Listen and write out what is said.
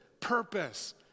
purpose